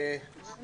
אני